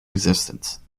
resistance